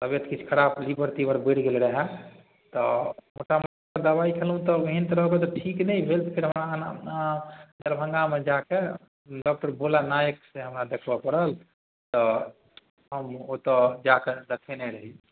तबिअत किछु खराब लीवर तीवर बढ़ि गेल रहै तऽ मोटा मोटा दवाइ खएलहुँ तब एहन तरहके ठीक नहि भेल फेर हमरा दरभङ्गामे जाके डॉकटर भोला नायकसँ हमरा देखबऽ पड़ल तऽ हम ओतऽ जाकऽ देखेने रही